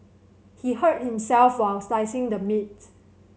he hurt himself while slicing the meat